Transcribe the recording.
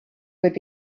would